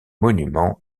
monuments